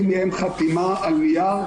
אין יום ואין לילה.